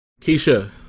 Keisha